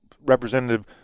representative